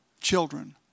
children